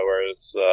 whereas